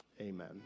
Amen